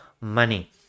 money